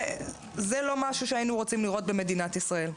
זה לא משהו שהיינו רוצים לראות במדינת ישראל.